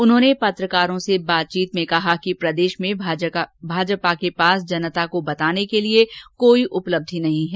उन्होंने पत्रकारों से बातचीत में कहा है कि प्रदेश में भाजपा के पास जनता को बताने के लिए कोई उपलब्धि नहीं है